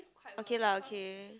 okay lah okay